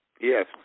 Yes